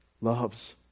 loves